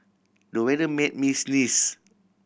the weather made me sneeze